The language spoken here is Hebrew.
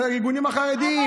לארגונים החרדיים.